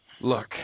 look